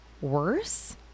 worse